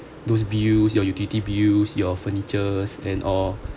those bills your utility bills your furnitures and or